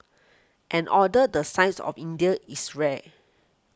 an order the size of India's is rare